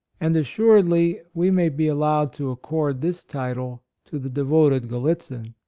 and, assuredly, we may be allowed to accord this title to the devoted gallitzin,